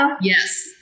Yes